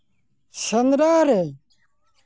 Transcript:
ᱥᱮᱸᱫᱽᱨᱟ ᱨᱮ